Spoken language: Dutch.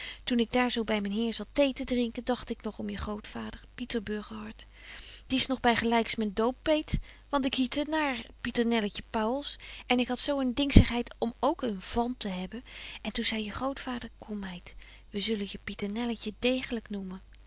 toen ik daar zo by men heer zat thee te drinken dagt ik nog om je grootvader pieter burgerhart die is nog by gelyks men dooppeet want ik hiette maar pieternelletje pauwls en ik had zo een betje wolff en aagje deken historie van mejuffrouw sara burgerhart dingsigheid om ook een van te hebben en toe zei je grootvader kom meid we zullen je pieternelletje deegelyk noemen